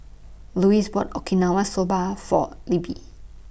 Louise bought Okinawa Soba For Libbie